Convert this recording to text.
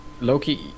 Loki